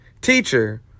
teacher